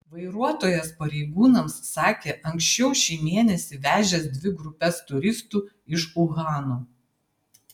vairuotojas pareigūnams sakė anksčiau šį mėnesį vežęs dvi grupes turistų iš uhano